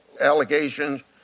allegations